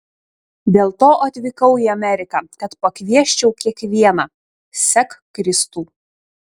dėl to atvykau į ameriką kad pakviesčiau kiekvieną sek kristų